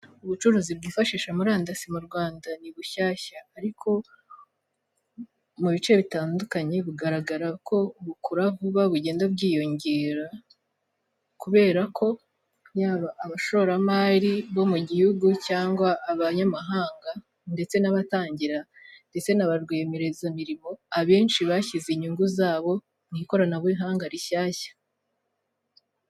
Ubucuruzi bwifashisha murandasi mu Rwanda ni bushyashya, ariko mu bice bitandukanye bugaragara ko bukura vuba, bugenda bwiyongera, kubera ko yaba abashoramari bo mu gihugu cyangwa abanyamahanga ndetse n'abatangira ndetse n'abarwiyemezamirimo abenshi bashyize inyungu zabo mu ikoranabuhanga rishyashya.